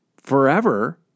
forever